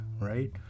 right